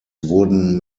wurden